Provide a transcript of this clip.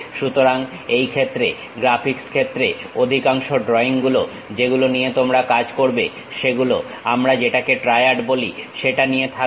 সুতরাং এই ক্ষেত্রে গ্রাফিক্স ক্ষেত্রে অধিকাংশ ড্রইং গুলো যেগুলো নিয়ে তোমরা কাজ করবে সেগুলো আমরা যেটাকে ট্রায়াড বলি সেটা নিয়ে থাকবে